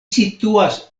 situas